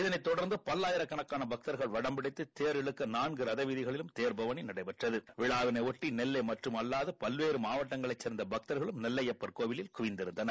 இதனைத் தொடர்ந்து பல்லாபிரக்கணக்கான பக்தர்கள் வடம் பிடித்து தேர் இழுக்க நாள்கு ரத வீதிகளும் தேர் பவனி நடைபெற்றது விழாவையொட்டி நெல்லை மட்டுமல்லாது பல்வேறு மாவட்டங்களைச் கேர்ந்த பக்தர்களும் நெல்லையட்பர் கோயிலில் குலிந்திருந்தனர்